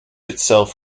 itself